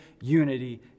unity